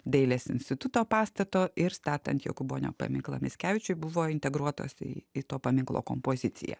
dailės instituto pastato ir statant jokūbonio paminklą mickevičiui buvo integruotos į į to paminklo kompoziciją